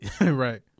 Right